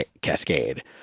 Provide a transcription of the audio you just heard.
Cascade